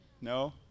No